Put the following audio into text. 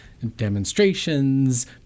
demonstrations